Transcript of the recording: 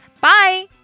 Bye